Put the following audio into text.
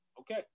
Okay